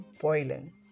boiling